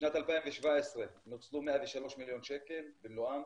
בשנת 2017 נוצלו 103 מיליון שקל במלואם.